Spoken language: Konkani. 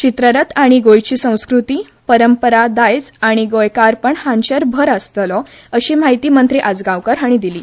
चित्ररथ आनी गोंयची संस्कृती परंपरा दायज आनी गोंयकारपण हांचेर भर आसतलो अशी माहिती मंत्री आजगांवकार हांणी दिली